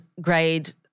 grade